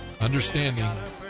understanding